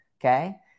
Okay